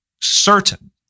certain